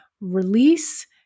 release